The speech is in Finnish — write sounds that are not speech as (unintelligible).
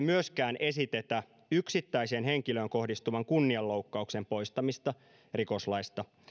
(unintelligible) myöskään esitetä yksittäiseen henkilöön kohdistuvan kunnianloukkauksen poistamista rikoslaista